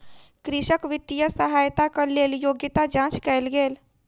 कृषक वित्तीय सहायताक लेल योग्यता जांच कयल गेल